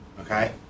Okay